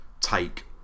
take